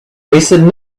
wasted